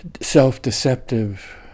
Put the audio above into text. self-deceptive